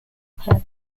pack